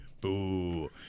boo